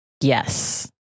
Yes